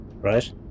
right